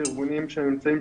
לארגונים שנמצאים,